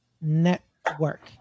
Network